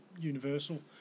Universal